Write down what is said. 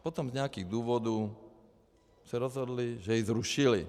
Potom z nějakých důvodů se rozhodli, že ji zrušili.